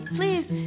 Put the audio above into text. please